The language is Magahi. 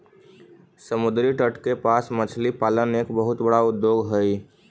समुद्री तट के पास मछली पालन एक बहुत बड़ा उद्योग हइ